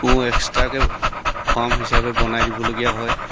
মোৰ এক্সট্ৰাকৈ ফাৰ্ম হিচাপে বনাই দিবলগীয়া হয়